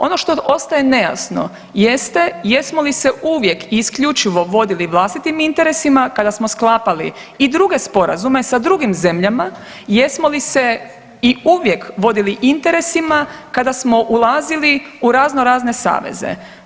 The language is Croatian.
Ono što ostaje nejasno jeste jesmo li se uvijek i isključivo vodili vlastitim interesima kada smo sklapali i druge sporazume sa drugim zemljama, jesmo li se i uvijek vodili interesima kada smo ulazili u raznorazne saveze.